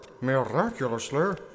miraculously